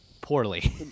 poorly